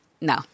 no